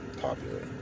popular